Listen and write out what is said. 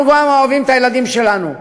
אנחנו אוהבים גם את הילדים שלנו.